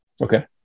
Okay